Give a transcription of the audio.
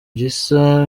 gisa